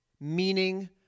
meaning